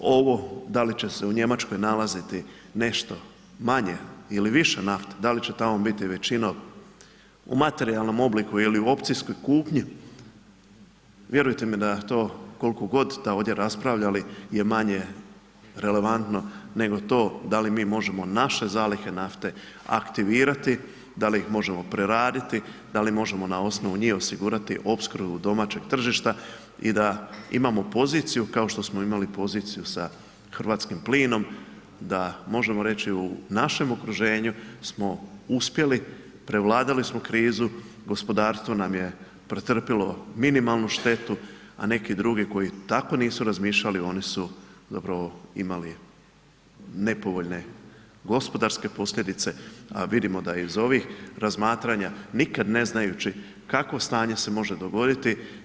Ovo da li će se u Njemačkoj nalaziti nešto manje ili više nafte, da li će tamo biti većinom u materijalnom obliku ili u opcijskoj kupnji vjerujte mi da to koliko god da ovdje raspravljali je manje relevantno nego to da li mi možemo naše zalihe nafte aktivirati, da li ih možemo preraditi, da li možemo na osnovu njih osigurati opskrbu domaćeg tržišta i da imamo poziciju, kao što smo imali poziciju sa hrvatskim plinom, da možemo reći u našem okruženju smo uspjeli prevladali smo krizu, gospodarstvo nam je pretrpjelo minimalnu štetu, a neki drugi koji tako nisu razmišljali oni su zapravo imali nepovoljne gospodarske posljedice, a vidimo da iz ovih razmatranja nikad ne znajući kakvo stanje se može dogoditi.